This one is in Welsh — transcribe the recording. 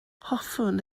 hoffwn